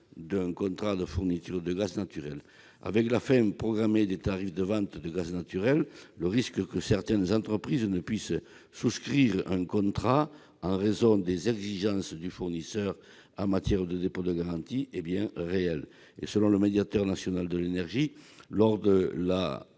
d'un contrat de fourniture de gaz naturel. Avec la fin programmée des tarifs de vente de gaz naturel, le risque que certaines entreprises ne puissent souscrire un contrat en raison des exigences du fournisseur en matière de dépôt de garanties est bien réel. Selon le médiateur national de l'énergie, lors de la